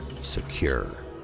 Secure